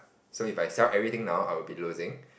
so if I sell everything now I will be losing